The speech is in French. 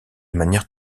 manière